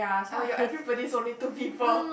oh ya everybody's only two people